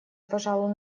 пожалуй